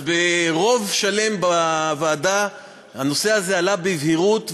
אז ברוב שלם בוועדה הנושא הזה עלה בבהירות,